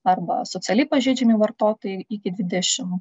arba socialiai pažeidžiami vartotojai iki dvidešim